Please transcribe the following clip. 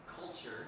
culture